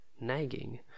nagging